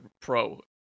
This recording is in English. pro